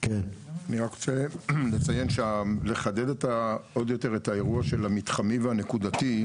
אני רק רוצה לחדד עוד יותר את האירוע של המתחמי והנקודתי,